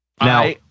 Now